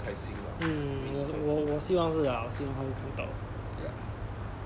mm 我我希望是啦我希望她会看到 ya